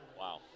Wow